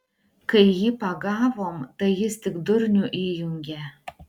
kai jį pagavom tai jis tik durnių įjungė